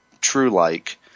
true-like